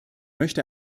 möchte